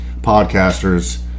podcasters